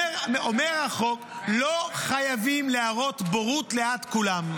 אומר החוק, לא חייבים להראות בורות ליד כולם.